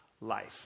Life